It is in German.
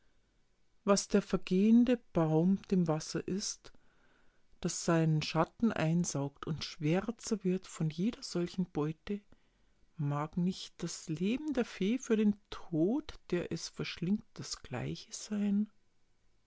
was der vergehende baum dem wasser ist das seinen schatten einsaugt und schwärzer wird von jeder solchen beute mag nicht das leben der fee für den tod der es verschlingt das gleiche sein